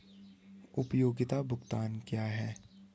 उपयोगिता भुगतान क्या हैं?